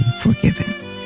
forgiven